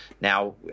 now